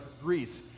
Greece